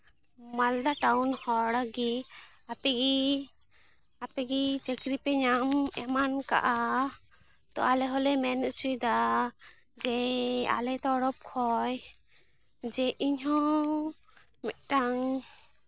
ᱢᱟᱞᱫᱟ town ᱦᱚᱲᱜᱮ ᱟᱯᱮᱜᱮ ᱟᱯᱮᱜᱮ ᱪᱟᱹᱠᱨᱤ ᱯᱮ ᱧᱟᱢ ᱮᱢᱟᱱ ᱠᱟᱜᱼᱟ ᱛᱚ ᱟᱞᱮ ᱦᱚᱸᱞᱮ ᱢᱮᱱ ᱦᱚᱪᱚᱭᱮᱫᱟ ᱡᱮ ᱟᱞᱮ ᱛᱚᱨᱚᱯᱷ ᱠᱷᱚᱡ ᱡᱮ ᱤᱧ ᱦᱚᱸ ᱢᱤᱫᱴᱟᱝ